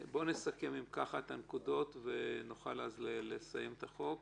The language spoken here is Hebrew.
נסכם אם כך את הנקודות ונוכל לסיים את החוק.